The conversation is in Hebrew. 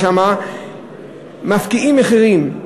מפקיעים מחירים.